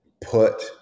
put